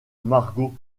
margot